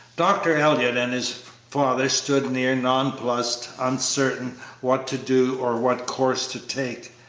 dr. elliott and his father stood near, nonplussed, uncertain what to do or what course to take.